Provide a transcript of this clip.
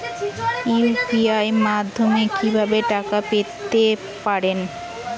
UPI মাধ্যমে কি ভাবে টাকা পেতে পারেন?